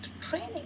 training